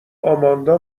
آماندا